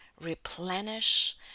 replenish